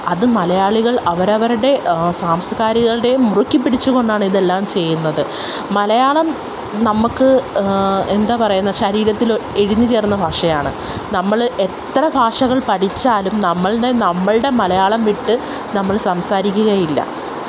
അത് മലയാളികള് അവരവരുടെ സാംസ്കാരികള്ടേം മുറുക്കിപ്പിടിച്ച് കൊണ്ടാണിതെല്ലാം ചെയ്യുന്നത് മലയാളം നമുക്ക് എന്താ പറയുന്നത് ശരീരത്തിൽ ഇഴഞ്ഞ് ചേര്ന്ന ഭാഷയാണ് നമ്മൾ എത്ര ഭാഷകള് പടിച്ചാലും നമ്മളുടെ നമ്മളുടെ മലയാളം വിട്ട് നമ്മൾ സംസാരിക്കുകയില്ല